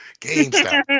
GameStop